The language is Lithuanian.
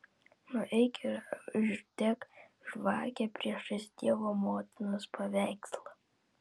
nueik ir uždek žvakę priešais dievo motinos paveikslą